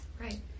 right